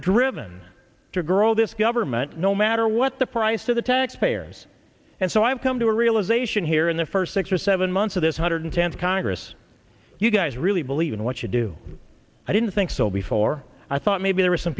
driven to girl this government no matter what the price to the taxpayers and so i've come to a realization here in the first six or seven months of this hundred tenth congress you guys really believe in what you do i didn't think so before i thought maybe there were some